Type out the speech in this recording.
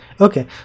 okay